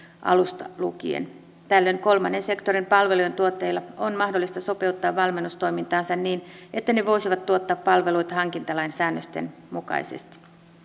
alusta lukien tällöin kolmannen sektorin palvelujentuottajilla on mahdollisuus sopeuttaa valmennustoimintaansa niin että ne voisivat tuottaa palveluita hankintalain säännösten mukaisesti